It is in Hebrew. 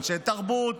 אנשי תרבות